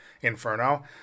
inferno